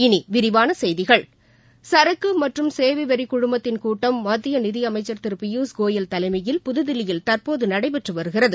இனிவிரிவானசெய்திகள் சரக்குமற்றும் சேவைவரிக் குழுமத்தின் கூட்டம் மத்தியநிதிஅமைச்சர் திருபியூஷ் கோயல் தலைமையில் புதுதில்லியில் தற்போதுநடைபெற்றுவருகிறது